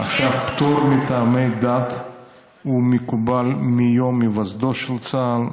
פטור מטעמי דת מקובל מיום היווסדו של צה"ל.